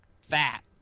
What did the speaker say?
fat